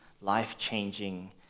life-changing